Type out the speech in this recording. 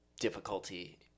difficulty